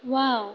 wow